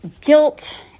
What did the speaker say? guilt